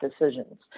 decisions